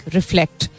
reflect